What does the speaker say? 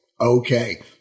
okay